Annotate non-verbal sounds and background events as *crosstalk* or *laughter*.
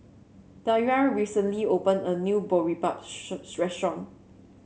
Daria recently opened a new Boribap *unintelligible* restaurant